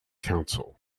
council